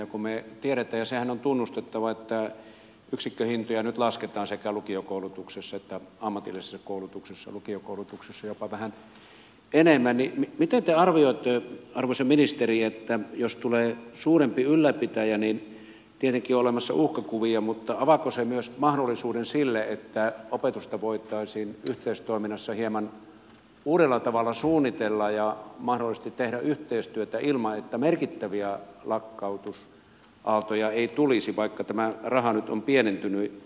kun me tiedämme ja sehän on tunnustettava että yksikköhintoja nyt lasketaan sekä lukiokoulutuksessa että ammatillisessa koulutuksessa lukiokoulutuksessa jopa vähän enemmän niin miten te arvioitte arvoisa ministeri että jos tulee suurempi ylläpitäjä niin tietenkin on olemassa uhkakuvia mutta avaako se myös mahdollisuuden sille että opetusta voitaisiin yhteistoiminnassa hieman uudella tavalla suunnitella ja mahdollisesti tehdä yhteistyötä ilman että merkittäviä lakkautusaaltoja tulisi vaikka tämä raha nyt on pienentynyt